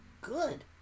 good